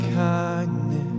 kindness